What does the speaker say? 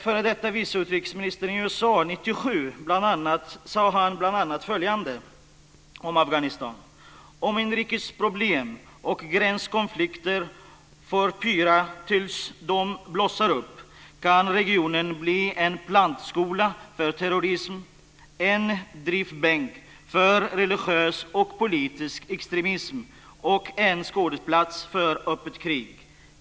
F.d. vice utrikesministern i USA sade 1997 bl.a. följande om Om inrikesproblem och gränskonflikter får pyra tills de blossar upp kan regionen bli en plantskola för terrorism, en drivbänk för religiös och politisk extremism och en skådeplats för öppet krig.